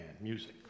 music